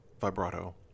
vibrato